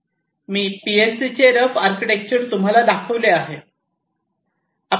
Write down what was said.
मी पीएलसीचे रफ आर्किटेक्चर तुम्हाला दाखवले आहे